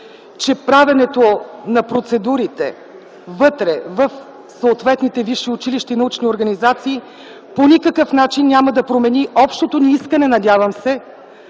че правенето на процедурите вътре в съответните висши училища и научни организации по никакъв начин няма да промени общото ни искане, надявам се,